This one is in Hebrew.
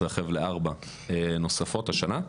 מתרחב לארבע נוספות השנה.